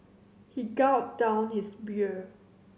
he gulped down his beer